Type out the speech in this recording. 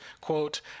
Quote